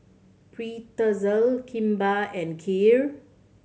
Pretzel Kimbap and Kheer